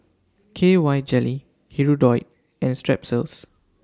K Y Jelly Hirudoid and Strepsils